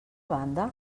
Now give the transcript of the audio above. banda